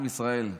עם ישראל,